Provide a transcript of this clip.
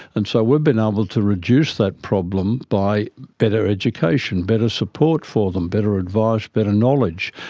and so we've been able to reduce that problem by better education, better support for them, better advice, better knowledge.